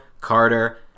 carter